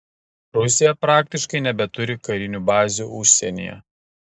rusija praktiškai nebeturi karinių bazių užsienyje